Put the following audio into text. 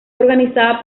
organizada